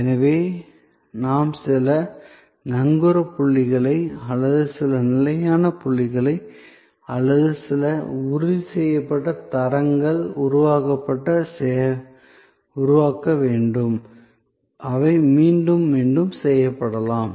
எனவே நாம் சில நங்கூர புள்ளிகளை அல்லது சில நிலையான புள்ளிகளை அல்லது சில உறுதி செய்யப்பட்ட தரங்களை உருவாக்க வேண்டும் அவை மீண்டும் மீண்டும் செய்யப்படலாம்